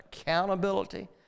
accountability